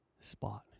spot